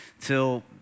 till